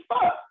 fuck